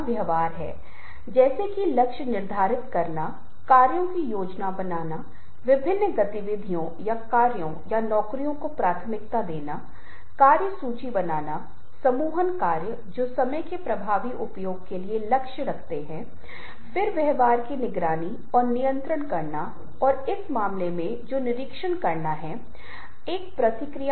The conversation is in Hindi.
बहुत बार आप इस परंपरा के आधार पर पाएंगे कि आप किससे संबंधित हैं उदाहरण के लिए इसका अलग अर्थ होगा यदि आप धार्मिक संदर्भों को देख रहे हैं यदि आप भारतीय संदर्भ में बहुत बार काले रंग को देख रहे हैं तो सामान्य भारतीय सांस्कृतिक संदर्भ में और हिंदू संदर्भ में काला कुछ अशुभ का प्रतीक हो सकता है और सफेद कुछ का प्रतीक हो सकता है जो पवित्र हो सकता है लेकिन संकेत पिन अंक के लिए इतना आसान नहीं है क्योंकि सफेद भी एक रंग है जो विधवापन के लिए खड़ा है सफेद भी एक रंग है जो शांति या शांत के लिए खड़ा है